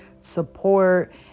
support